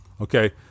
Okay